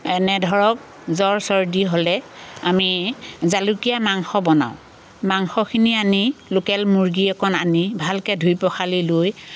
এনে ধৰক জ্বৰ চৰ্দি হ'লে আমি জালুকীয়া মাংস বনাওঁ মাংসখিনি আনি লোকেল মুৰ্গী অকণ আনি ভালকৈ ধুই পখালি লৈ